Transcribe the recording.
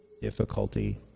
difficulty